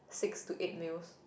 six to eight meals